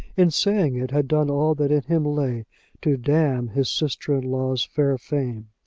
in saying it, had done all that in him lay to damn his sister-in-law's fair fame.